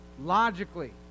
Logically